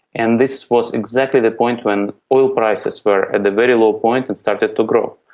and this was exactly the point when oil prices were at the very low point and started to grow.